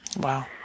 Wow